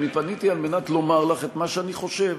אני פניתי על מנת לומר לך את מה שאני חושב.